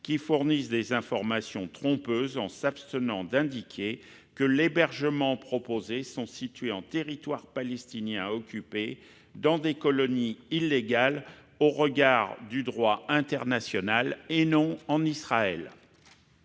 qui fournissent des informations trompeuses, en s'abstenant d'indiquer que les hébergements proposés sont situés en territoires palestiniens occupés dans des colonies illégales au regard du droit international, et non en Israël.